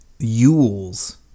yules